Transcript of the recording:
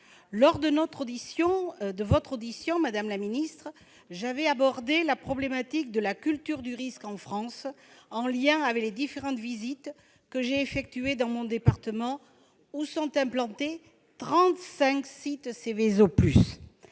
Lors de votre audition, madame la ministre, j'avais abordé la problématique de la culture du risque en France, en lien avec les différentes visites que j'ai effectuées dans mon département où sont implantés 35 sites Seveso+,